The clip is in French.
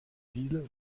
bill